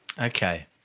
Okay